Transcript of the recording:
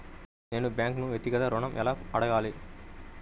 నేను బ్యాంక్ను వ్యక్తిగత ఋణం ఎలా అడగాలి?